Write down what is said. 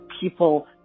people